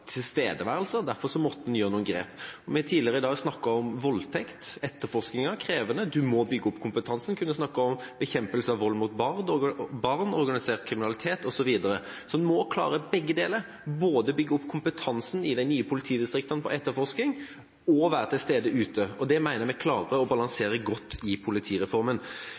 tilstedeværelse. Derfor måtte man ta noen grep. Vi har tidligere i dag snakket om voldtekt – etterforskningen er krevende, man må bygge opp kompetansen. Man kunne snakket om bekjempelse av vold mot barn, organisert kriminalitet osv. Man må klare begge deler, både bygge opp kompetansen i de nye politidistriktene med hensyn til etterforskning og være til stede ute. Det mener jeg vi klarer å balansere godt i politireformen.